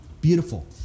Beautiful